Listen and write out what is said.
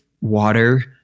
water